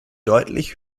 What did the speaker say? deutlich